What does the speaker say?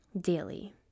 daily